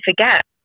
forget